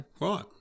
right